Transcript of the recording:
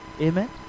Amen